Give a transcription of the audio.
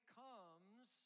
comes